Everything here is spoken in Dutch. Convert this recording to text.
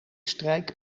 strijk